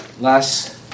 Last